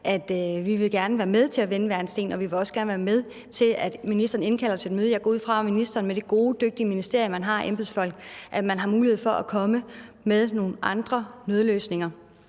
at vi gerne vil være med til at vende hver en sten, og vi vil også gerne være med til det, hvis ministeren indkalder til et møde. Jeg går ud fra, at ministeren med det gode og dygtige ministerium og med de embedsmænd, man har, har mulighed for at komme med nogle andre nødløsninger.